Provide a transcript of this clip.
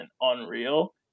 unreal